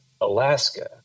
Alaska